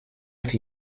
with